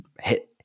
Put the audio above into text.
hit